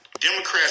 Democrats